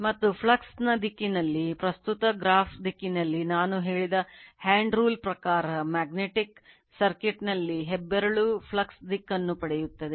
ಮತ್ತು ಫ್ಲಕ್ಸ್ನ ದಿಕ್ಕಿನಲ್ಲಿ ಪ್ರಸ್ತುತ ಗ್ರಾಫ್ನ ದಿಕ್ಕಿನಲ್ಲಿ ನಾನು ಹೇಳಿದ hand rule ಪ್ರಕಾರ ಮ್ಯಾಗ್ನೆಟಿಕ್ ಸರ್ಕ್ಯೂಟ್ ನಲ್ಲಿ ಹೆಬ್ಬೆರಳು ಫ್ಲಕ್ಸ್ನ ದಿಕ್ಕನ್ನು ಪಡೆಯುತ್ತದೆ